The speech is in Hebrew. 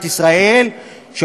סיפרה לשרים שלפני שהיא קיבלה את הכסף,